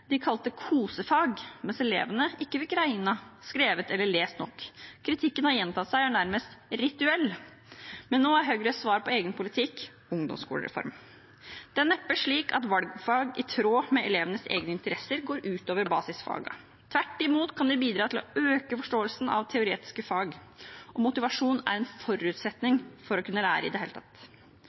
de kalte kosefag, mens elevene ikke fikk regnet, skrevet eller lest nok. Kritikken har gjentatt seg og er nærmest rituell. Men nå er Høyres svar på egen politikk ungdomsskolereform. Det er neppe slik at valgfag i tråd med elevenes egne interesser går ut over basisfagene. Tvert imot kan det bidra til å øke forståelsen av teoretiske fag, og motivasjon er en forutsetning for å kunne lære i det hele tatt.